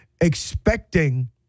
expecting